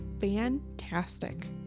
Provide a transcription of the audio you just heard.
fantastic